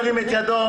ירים את ידו.